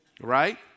Right